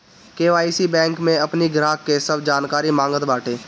KYC में bank अपनी ग्राहक के सब जानकारी मांगत बाटे